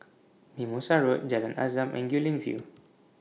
Mimosa Road Jalan Azam and Guilin View